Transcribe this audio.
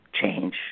change